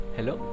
Hello